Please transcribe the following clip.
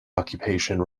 occupation